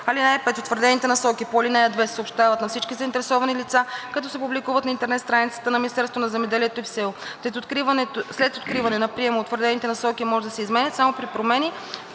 в СЕУ. (5) Утвърдените насоки по ал. 2 се съобщават на всички заинтересовани лица, като се публикуват на интернет страницата на Министерството на земеделието и в СЕУ. След откриване на приема утвърдените насоки може да се изменят само при промени